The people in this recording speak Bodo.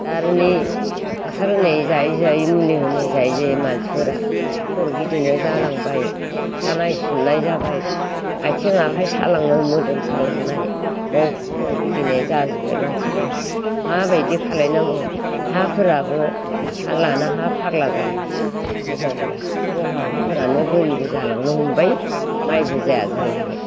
दा आरो नै हासार होनाय जायै जायै मुलि होनाय जायै जायै मानसिफोरा खर' गिदिंनाया जालांबाय सानाय सुनाय जाबाय आथिं आखाय सालाङो मोदोम सालांनाय खर' बाव गिदिंनाय जाजोबबाय मानसिफोरा मानो बिदि खालायनांगौ हाफोराबो हा लाना फाग्ला जाबाय मोजां मोना दहला हा फोरानो बोरि जालांनो हमबाय माइबो जाया जालांबाय